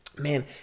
man